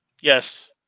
Yes